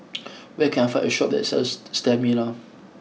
where can I find a shop that sells Sterimar